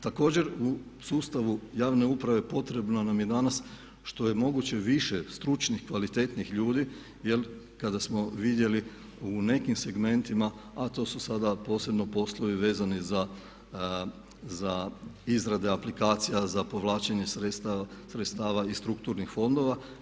Također u sustavu javne uprave potrebno nam je danas što je moguće više stručnih, kvalitetnijih ljudi jer kada smo vidjeli u nekim segmentima a to su sada posebno poslovi vezani za izrade aplikacija za povlačenje sredstava iz strukturnih fondova.